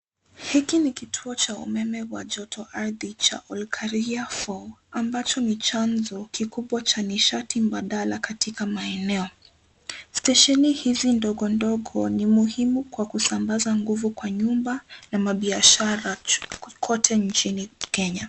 Hiki ni kituo cha umeme wa joto ardhi cha Olkaria 4 ambacho ni chanzo kikuu cha nishati mbadala katika maeneo. Stesheni hizi ndogo ndogo ni muhimu kwa kusambaza nguvu kwa nyumba na biashara kote nchini Kenya.